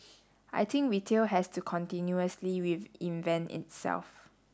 I think retail has to continuously reinvent itself